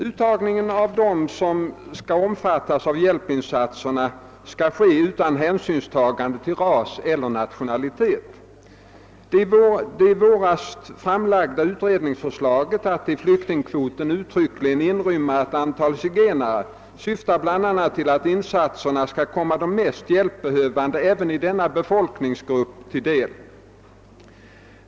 Uttagningen av dem som skall omfattas av hjälpinsatserna skall ske utan hänsyn till ras eller nationalitet. Det i våras framlagda utredningsförslaget att i flyktingkvoten uttryckligen inrymma ett antal zigenare syftar bl.a. till att insatserna skall komma de mest hjälpbehövande även inom denna befolkningsgrupp till del.